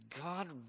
God